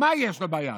מה יש לו ביד?